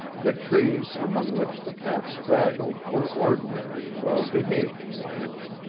the trees among which the path straggled were ordinary, well-behaved plants,